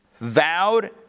vowed